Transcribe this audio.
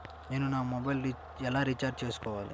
నేను నా మొబైల్కు ఎలా రీఛార్జ్ చేసుకోవాలి?